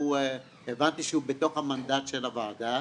שהבנתי שהוא בתוך המנדט של הוועדה.